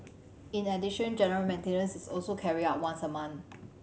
in addition general maintenance is also carried out once a month